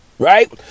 Right